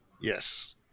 Yes